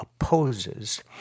opposes